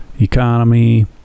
economy